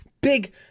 big